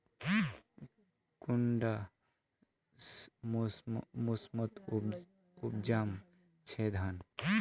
कुंडा मोसमोत उपजाम छै धान?